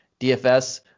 DFS